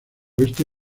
oeste